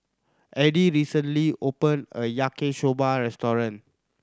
Eddy recently opened a Yaki Soba restaurant